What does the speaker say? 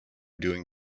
doing